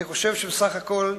אני חושב שבסך הכול,